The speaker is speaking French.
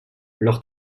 leurs